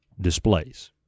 displays